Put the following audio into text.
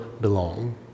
belong